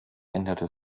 änderte